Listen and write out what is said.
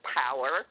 power